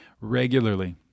regularly